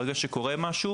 ברגע שקורה משהו